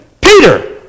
Peter